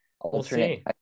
alternate